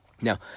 Now